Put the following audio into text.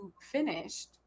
finished